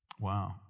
Wow